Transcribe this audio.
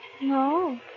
No